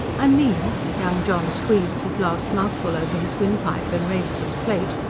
i mean. young john squeezed his last mouthful over his windpipe and raised his plate.